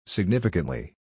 Significantly